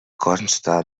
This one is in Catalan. consta